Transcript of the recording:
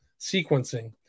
sequencing